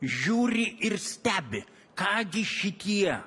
žiūri ir stebi ką gi šitie